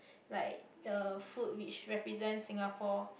like uh food which represents Singapore